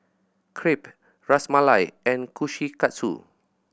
Crepe Ras Malai and Kushikatsu